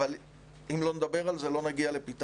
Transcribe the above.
אבל אם לא נדבר על זה, לא נגיע לפתרון.